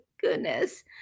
goodness